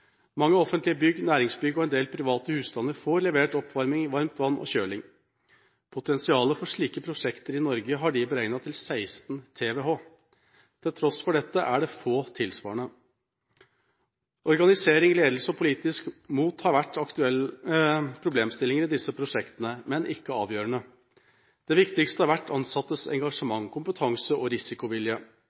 Mange offentlige bygg, næringsbygg og en del private husstander får levert oppvarming, varmt vann og kjøling. Potensialet for slike prosjekter i Norge har de beregnet til 16 TWh. Til tross for dette er det få tilsvarende prosjekter. Organisering, ledelse og politisk mot har vært aktuelle problemstillinger i disse prosjektene, men ikke avgjørende. Det viktigste har vært ansattes engasjement, kompetanse og risikovilje.